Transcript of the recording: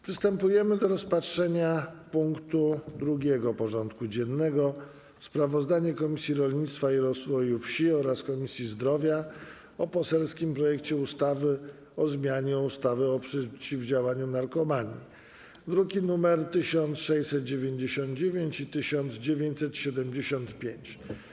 Przystępujemy do rozpatrzenia punktu 2. porządku dziennego: Sprawozdanie Komisji Rolnictwa i Rozwoju Wsi oraz Komisji Zdrowia o poselskim projekcie ustawy o zmianie ustawy o przeciwdziałaniu narkomanii (druki nr 1699 i 1975)